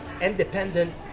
independent